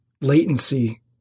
latency –